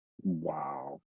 Wow